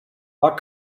war